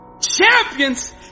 Champions